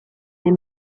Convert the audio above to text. des